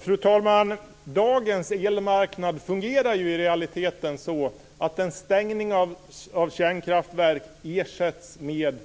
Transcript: Fru talman! Dagens elmarknad fungerar i realiteten så att en stängning av kärnkraftverk ersätts med